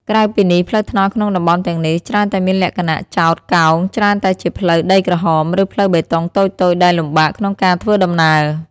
ក្រៅពីនេះ ផ្លូវថ្នល់ក្នុងតំបន់ទាំងនេះ ច្រើនតែមានលក្ខណៈចោត កោង ច្រើនតែជាផ្លូវដីក្រហម ឬផ្លូវបេតុងតូចៗ ដែលលំបាកក្នុងការធ្វើដំណើរ។